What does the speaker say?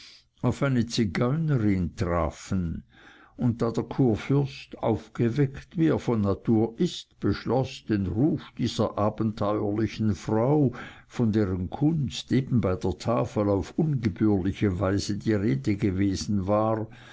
auf eine zigeunerin trafen und da der kurfürst aufgeweckt wie er von natur ist beschloß den ruf dieser abenteuerlichen frau von deren kunst eben bei der tafel auf ungebührliche weise die rede gewesen war